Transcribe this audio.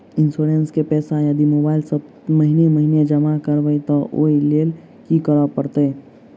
Insurance केँ पैसा यदि मोबाइल सँ महीने महीने जमा करबैई तऽ ओई लैल की करऽ परतै?